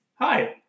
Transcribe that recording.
Hi